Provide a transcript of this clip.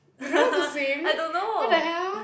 I don't know